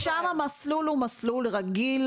כי על זה אני מקבלת גם כן הרבה שאלות,